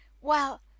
Well—